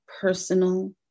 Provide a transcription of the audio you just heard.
personal